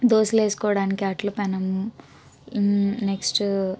దోశలు వేసుకోవడానికి అట్ల పెనుము నెక్స్టు